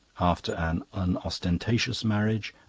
after an unostentatious marriage,